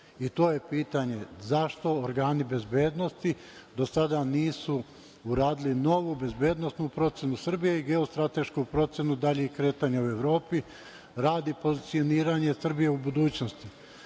i to je pitanje - zašto organi bezbednosti do sada nisu uradili novu bezbednosnu procenu Srbije i geostratešku procenu daljih kretanja u Evropi, radi pozicioniranja Srbije u budućnosti? Drugo